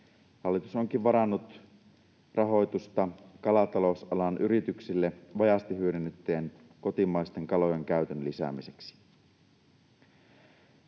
Hallitus onkin varannut rahoitusta kalatalousalan yrityksille vajaasti hyödynnettyjen kotimaisten kalojen käytön lisäämiseksi.